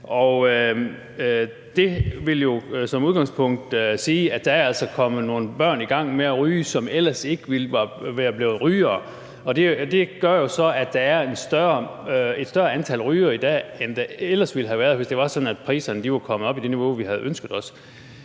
Det vil jo som udgangspunkt sige, at der altså er nogle børn, der er kommet i gang med at ryge, og som ellers ikke ville være blevet rygere. Det gør jo så, at der er et større antal rygere i dag, end der ellers ville have været, hvis det var sådan, at priserne var kommet op i det niveau, vi havde ønsket os.